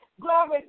glory